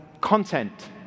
content